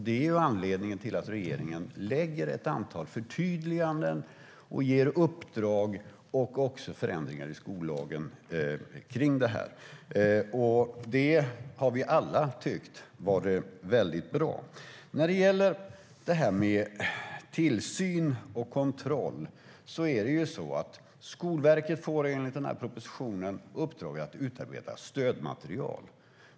Det är anledningen till att regeringen lägger fram ett antal förtydliganden och ger uppdrag om förändringar i skollagen. Det har vi alla tyckt varit bra. Sedan var det frågan om tillsyn och kontroll. Skolverket får enligt propositionen i uppdrag att utarbeta stödmaterial.